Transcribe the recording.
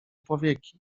powieki